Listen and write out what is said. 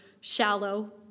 shallow